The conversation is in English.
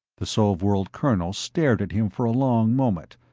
the sov-world colonel stared at him for a long moment,